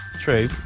true